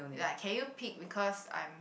like can you pick because I'm